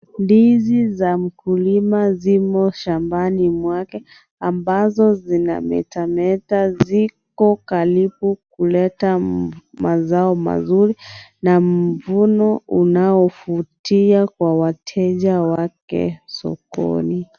Ndizi za mkulima zimo shambani mwake ambazo zinametameta ziko karibu kuleta mazao mazuri na mvuno unaovutia kwa wateja wake sokoni.